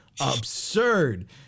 absurd